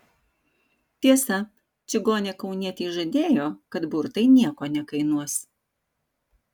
tiesa čigonė kaunietei žadėjo kad burtai nieko nekainuos